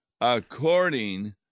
according